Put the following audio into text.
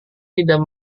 tidak